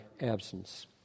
absence